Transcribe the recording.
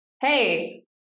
hey